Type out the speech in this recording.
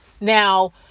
Now